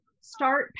start